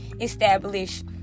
establish